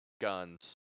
guns